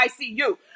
ICU